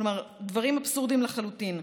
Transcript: כלומר דברים אבסורדיים לחלוטין.